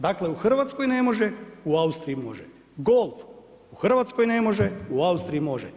Dakle u Hrvatskoj ne može u Austriji može, golf u Hrvatskoj ne može u Austriji može.